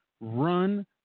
run